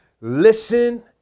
listen